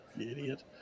Idiot